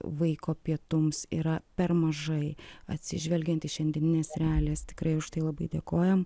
vaiko pietums yra per mažai atsižvelgiant į šiandienines realijas tikrai už tai labai dėkojam